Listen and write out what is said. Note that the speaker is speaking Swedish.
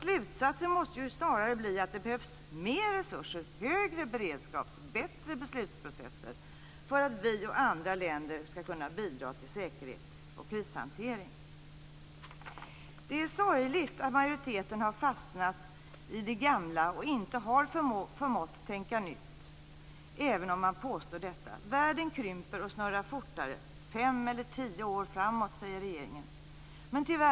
Slutsatsen måste snarare bli att det behövs mer resurser, högre beredskap och bättre beslutsprocesser för att vi och andra länder ska kunna bidra till säkerhet och krishantering. Det är sorgligt att majoriteten har fastnat i det gamla och inte har förmått tänka nytt, även om man påstår detta. Världen krymper och snurrar fortare. Regeringen talar om fem eller tio år framåt i tiden.